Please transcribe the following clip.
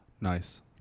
Nice